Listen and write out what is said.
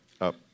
up